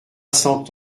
cent